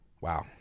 Wow